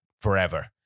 forever